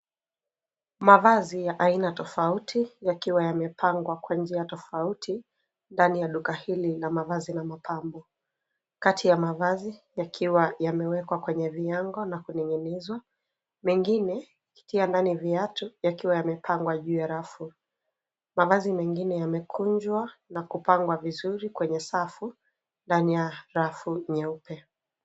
Mavazi ya aina tofauti yakiwa yamepangwa kwa njia tofauti ndani ya duka hili la mavazi na mapambo. Kati ya mavazi yakiwa yamewekwa kwenye viango na kuning'inizwa. Mengine ikiwemo viatu vikiwa vimepangwa juu ya rafu. Mavazi mengine yamekunjwa na kupangwa vizuri kwenye safu ndani ya rafu nyeupe.